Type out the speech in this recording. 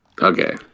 Okay